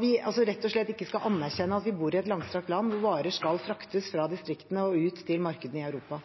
vi rett og slett ikke skal anerkjenne at vi bor i et langstrakt land hvor varer skal fraktes fra distriktene og ut til markedene i Europa.